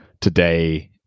today